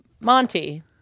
Monty